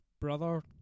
brother